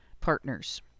partners